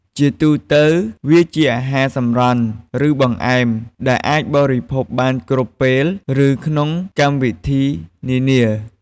ជាទូទៅ វាជាអាហារសម្រន់ ឬបង្អែម ដែលអាចបរិភោគបានគ្រប់ពេល ឬក្នុងកម្មវិធីនានា។